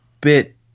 bit